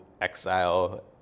exile